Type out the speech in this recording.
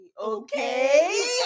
Okay